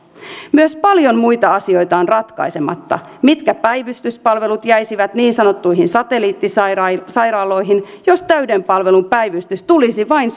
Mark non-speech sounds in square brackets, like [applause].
myös paljon muita asioita on ratkaisematta mitkä päivystyspalvelut jäisivät niin sanottuihin satelliittisairaaloihin jos täyden palvelun päivystys tulisi vain [unintelligible]